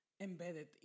embedded